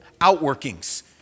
outworkings